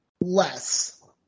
less